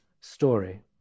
story